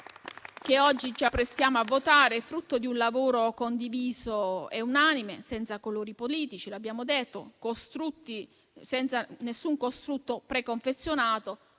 che oggi ci apprestiamo a votare è frutto di un lavoro condiviso e unanime, senza colori politici - l'abbiamo detto - e senza nessun costrutto preconfezionato